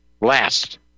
last